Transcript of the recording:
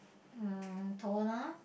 um toner